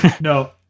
No